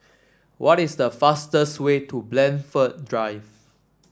what is the fastest way to Blandford Drive